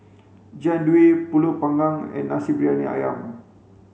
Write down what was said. jian dui pulut panggang and nasi briyani ayam